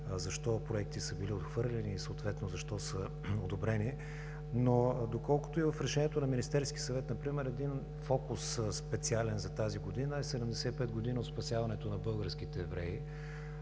защо проекти са били отхвърляни и защо са одобрени доколкото и в решението на Министерския съвет например един специален фокус за тази година е „75 години от спасяването на българските евреи“.